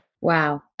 Wow